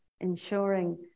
ensuring